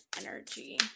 energy